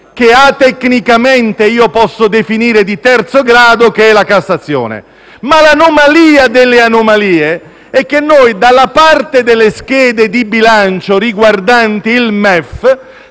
che atecnicamente posso definire di terzo grado, che è la Cassazione. Ma l'anomalia delle anomalie è che noi, nelle schede di bilancio riguardanti il MEF,